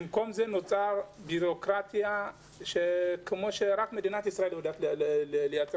נוצרה כאן בירוקרטיה כמו שרק מדינת ישראל יודעת לייצר.